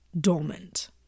dormant